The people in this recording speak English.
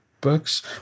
books